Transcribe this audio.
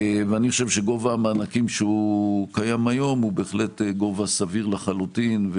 אני חושב שגובה המענקים שקיים היום הוא גובה סביר לחלוטין,